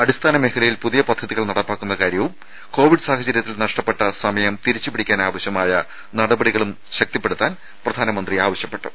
അടിസ്ഥാന മേഖലയിൽ പുതിയ പദ്ധതികൾ നടപ്പാക്കുന്ന കാര്യവും കോവിഡ് സാഹചര്യത്തിൽ നഷ്ടപ്പെട്ട സമയം തിരിച്ചുപിടിക്കാനാവശ്യമായ നടപടികളും ശക്തിപ്പെടുത്താൻ പ്രധാനമന്ത്രി നിർദേശിച്ചു